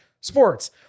sports